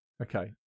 Okay